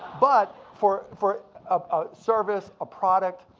but for for a service, a product,